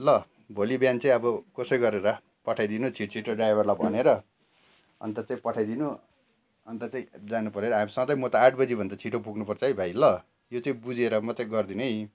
ल भोलि बिहान चाहिँ अब कसै गरेर पठाइदिनु छिट् छिटो ड्राइभरलाई भनेर अन्त चाहिँ पठाइदिनु अन्त चाहिँ जानु पर्यो हामी सधैँ म त आठ बजी भन्दा छिटो पुग्नु पर्छ है भाइ ल यो चाहिँ बुझेर मात्र गरिदिनु है